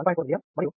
4 mA మరియు 2